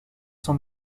son